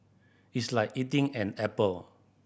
it's like eating an apple